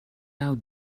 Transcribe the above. out